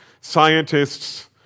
scientists